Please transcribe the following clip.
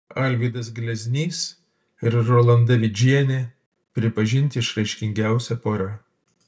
alvydas gleznys ir rolanda vidžienė pripažinti išraiškingiausia pora